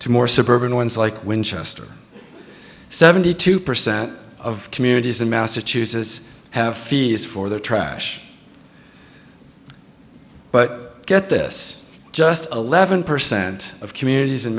to more suburban ones like winchester seventy two percent of communities in massachusetts have fees for their trash but get this just eleven percent of communities in